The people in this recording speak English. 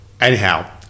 Anyhow